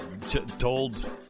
told